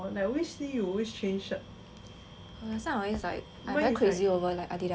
the last time I always like I very crazy over like Adidas all that